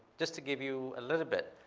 just to give you a little bit,